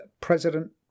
President